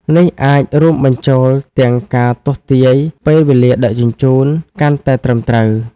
នេះអាចរួមបញ្ចូលទាំងការទស្សន៍ទាយពេលវេលាដឹកជញ្ជូន កាន់តែត្រឹមត្រូវ។